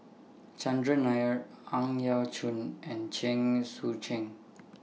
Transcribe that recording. Chandran Nair Ang Yau Choon and Chen Sucheng